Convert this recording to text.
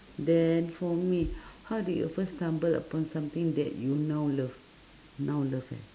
then for me how did you first stumble upon something that you now love now love eh